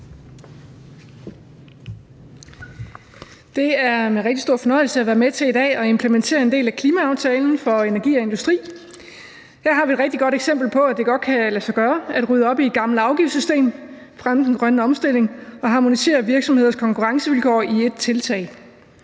en rigtig stor fornøjelse at være med til i dag at implementere en del af klimaaftalen for energi og industri. Her har vi et rigtig godt eksempel på, at det godt kan lade sig gøre at rydde op i et gammelt afgiftssystem, fremme den grønne omstilling og harmonisere virksomheders konkurrencevilkår i ét tiltag.